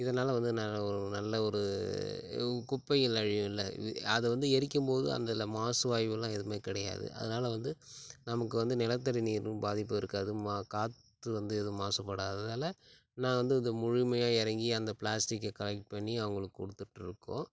இதனால் வந்து நாங்கள் ஒரு நல்ல ஒரு குப்பைகள் அழியும்ல அதை வந்து எரிக்கும் போது அதில் மாசு வாய்வுல்லாம் எதுவுமே கிடையாது அதனால் வந்து நமக்கு வந்து நிலத்தடி நீரும் பாதிப்பு இருக்காது மா காற்று வந்து எதுவும் மாசுபடாததால் நான் வந்து இது முழுமையாக இறங்கி அந்த ப்ளாஸ்டிக்கை கலெக்ட் பண்ணி அவங்களுக்கு கொடுத்துட்ருக்கோம்